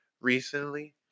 recently